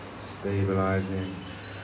stabilizing